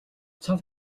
цав